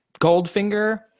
Goldfinger